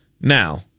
Now